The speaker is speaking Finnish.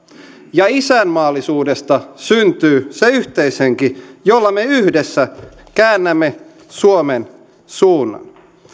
ja isänmaallisuudesta syntyy se yhteishenki jolla me yhdessä käännämme suomen suunnan